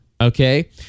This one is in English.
Okay